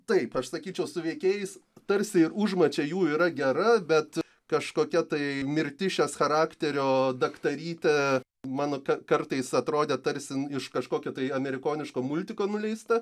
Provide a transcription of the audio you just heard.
taip aš sakyčiau su veikėjais tarsi užmačia jų yra gera bet kažkokia tai mirtis šias charakterio daktarytė man kar kartais atrodė tarsi iš kažkokio tai amerikoniško multiko nuleista